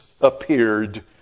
appeared